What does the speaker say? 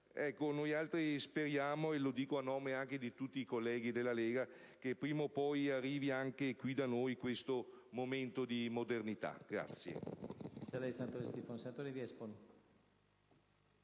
Ecco, la nostra speranza - lo dico a nome di tutti i colleghi della Lega - è che prima o poi arrivi anche qui da noi questo momento di modernità. **Per